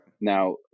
Now